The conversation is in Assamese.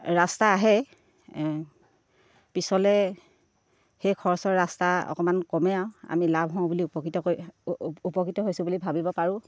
ৰাস্তা আহে পিছলৈ সেই খৰচৰ ৰাস্তা অকণমান কমে আৰু আমি লাভ হওঁ বুলি উপকৃত হৈ উপকৃত হৈছোঁ বুলি ভাবিব পাৰোঁ